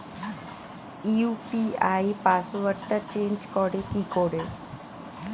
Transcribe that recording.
UPI পাসওয়ার্ডটা change করে কি করে?